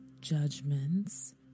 judgments